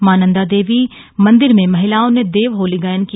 मां नन्दा देवी मंदिर में महिलाओं ने देव होली गायन किया